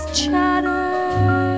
chatter